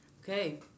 Okay